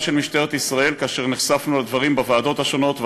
של משטרת ישראל כאשר נחשפנו לדברים בוועדות השונות,